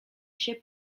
się